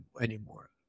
anymore